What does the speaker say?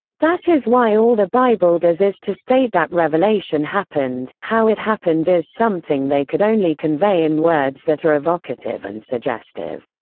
that is why all the bible does is to state that revelation happened. how it happened is something they could only convey in words that are evocative and suggestive.